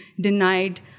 denied